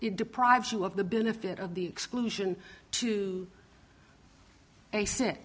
deprives you of the benefit of the exclusion to a s